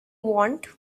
want